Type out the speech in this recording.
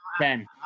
ten